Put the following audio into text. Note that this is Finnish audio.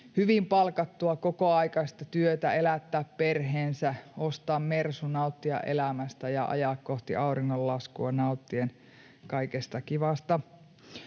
hyvin palkattua, kokoaikaista työtä, elättää perheensä, ostaa Mersu, nauttia elämästä ja ajaa kohti auringonlaskua nauttien kaikesta kivasta,